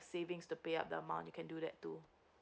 savings to pay up the amount you can do that too